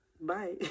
bye